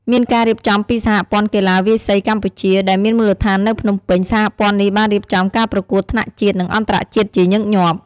មានការរៀបចំពីសហព័ន្ធកីឡាវាយសីកម្ពុជា ដែលមានមូលដ្ឋាននៅភ្នំពេញ សហព័ន្ធនេះបានរៀបចំការប្រកួតថ្នាក់ជាតិ និងអន្តរជាតិជាញឹកញាប់។